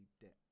debt